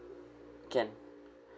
can